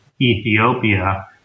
Ethiopia